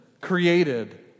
created